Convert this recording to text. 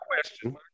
question